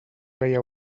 veia